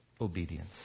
obedience